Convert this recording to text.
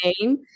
name